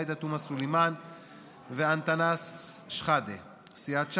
עאידה תומא סלימאן ואנטאנס שחאדה; סיעת ש"ס,